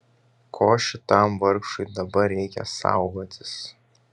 ko šitam vargšui dabar reikia saugotis